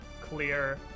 clear